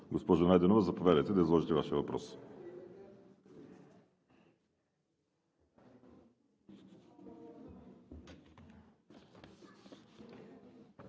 Госпожо Найденова, заповядайте да изложите Вашия въпрос.